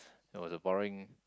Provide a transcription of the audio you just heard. that was a boring